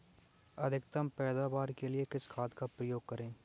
अधिकतम पैदावार के लिए किस खाद का उपयोग करें?